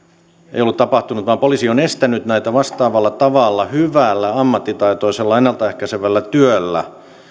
ei ollut tapahtunut vaan poliisi on estänyt näitä vastaavalla tavalla hyvällä ammattitaitoisella ennalta ehkäisevällä työllä